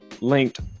linked